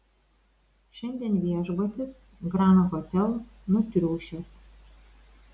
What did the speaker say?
šiandien viešbutis grand hotel nutriušęs